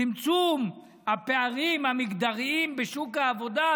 "צמצום הפערים המגדריים בשוק העבודה",